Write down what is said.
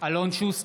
אלון שוסטר,